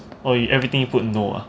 oh you everything you put no ah